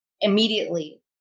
immediately